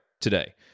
today